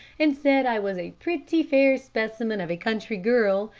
and said i was a pretty fair specimen of a country girl,